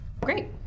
Great